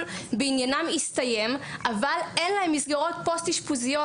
בעניינם הסתיים אבל אין להם מסגרות פוסט-אשפוזיות